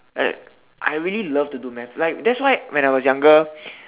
I I really love to do math like that's why when I was younger